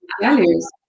values